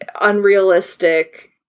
unrealistic